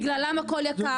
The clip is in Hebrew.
בגללם הכל יקר,